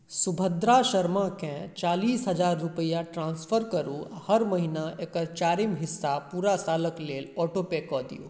सुभद्रा शर्माकेँ चालीस हजार रूपैआ ट्रान्स्फर करू आ हर महिना एकर चारिम हिस्सा पूरा सालक लेल ऑटोपे कऽ दियौ